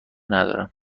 ندارم